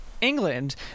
England